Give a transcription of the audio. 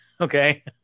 Okay